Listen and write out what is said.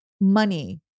money